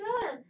good